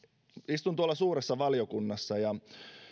istun tuolla suuressa valiokunnassa ja